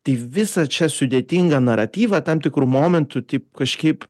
tai visą čia sudėtingą naratyvą tam tikru momentu taip kažkaip